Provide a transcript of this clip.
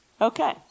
Okay